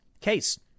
case